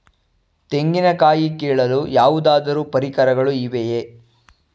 ತೆಂಗಿನ ಕಾಯಿ ಕೀಳಲು ಯಾವುದಾದರು ಪರಿಕರಗಳು ಇವೆಯೇ?